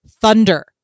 thunder